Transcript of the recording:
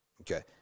Okay